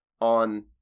on